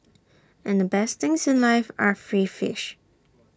and the best things life are free fish